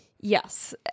Yes